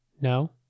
No